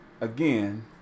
again